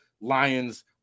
Lions